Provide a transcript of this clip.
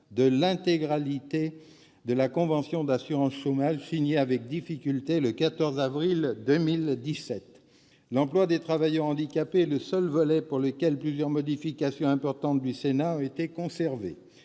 de l'intégralité de la convention d'assurance chômage signée, et avec difficulté, le 14 avril 2017. L'emploi des travailleurs handicapés est le seul volet pour lequel plusieurs modifications importantes du Sénat ont été conservées.